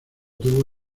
tuvo